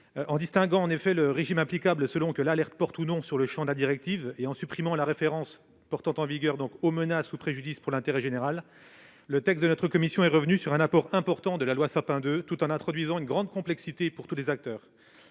En distinguant le régime applicable selon que l'alerte porte ou non sur le champ de la directive et en supprimant la référence, pourtant en vigueur, aux menaces ou préjudices pour l'intérêt général, le texte de notre commission est revenu sur un apport important de la loi Sapin II, tout en introduisant une grande complexité pour tous les acteurs.